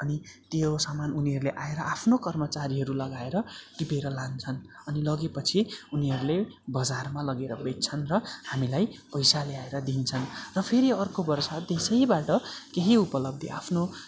अनि त्यो सामान उनीहरूले आएर आफ्नो कर्मचारीहरू लगाएर टिपेर लान्छन् अनि लगेपछि उनीहरूले बजारमा लगेर बेच्छन् र हामीलाई पैसा ल्याएर दिन्छन् र फेरि अर्को वर्ष त्यसैबाट केही उपलब्धी आफ्नो